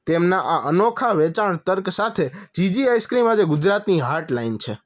તેમના આ અનોખા વેચાણ તર્ક સાથે જીજી આઇસક્રીમ આજે ગુજરાતની હાર્ટ લાઇન છે